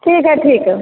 ठीक है ठीक है